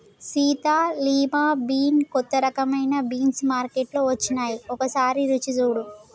Sita lima bean కొత్త రకమైన beans మార్కేట్లో వచ్చాయి ఒకసారి రుచి సుడు